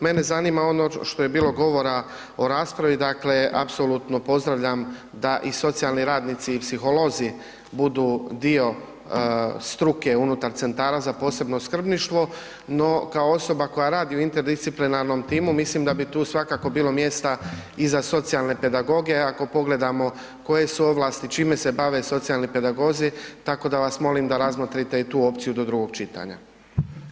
Mene zanima ono što je bilo govora u raspravi, dakle apsolutno pozdravljam da i socijalni radnici i psiholozi budu dio struke unutar centara za posebno skrbništvo, no kao osoba koja radi u interdisciplinarnom timu mislim da bi tu svakako bilo mjesta i za socijalne pedagoge, ako pogledamo koje su ovlasti, čime se bave socijalni pedagozi, tako da vas molim da razmotrite i tu opciju do drugog čitanja.